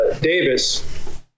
Davis